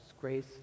grace